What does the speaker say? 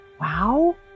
wow